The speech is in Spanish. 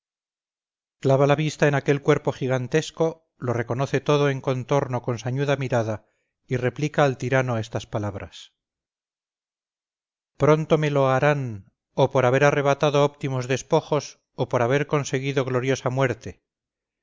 clava la vista en aquel cuerpo gigantesco lo reconoce todo en contorno con sañuda mirada y replica al tirano estas palabras pronto me loarán o por haber arrebatado óptimos despojos o por haber conseguido gloriosa muerte